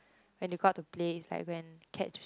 when they go out to play is like when catch